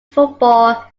football